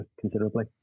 considerably